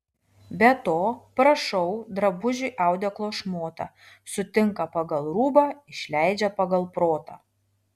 be to prašau drabužiui audeklo šmotą sutinka pagal rūbą išleidžia pagal protą